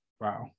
Wow